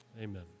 Amen